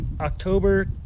October